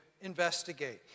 investigate